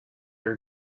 her